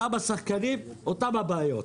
אותם השחקנים ואותן הבעיות.